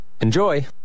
Enjoy